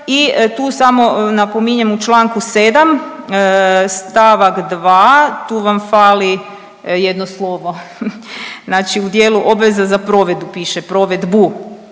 i tu samo napominjem u čl. 7. st. 2., tu vam fali jedno slovo, znači u dijelu obveze za provedu piše, provedbu